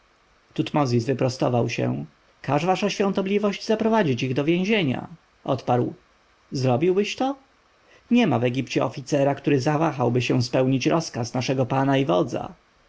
tutmozis wyprostował się każesz wasza świątobliwość zaprowadzić ich do więzienia odparł zrobiłbyś to niema w egipcie oficera który zawahałby się spełnić rozkaz naszego pana i wodza